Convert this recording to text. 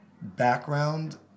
background